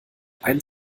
ein